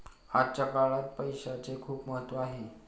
आजच्या काळात पैसाचे खूप महत्त्व आहे